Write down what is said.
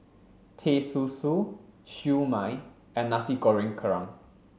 Teh Susu Siew Mai and Nasi Goreng Kerang